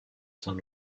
saint